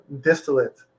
distillate